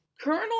Colonel